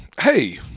Hey